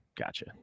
Gotcha